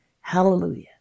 Hallelujah